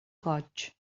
goig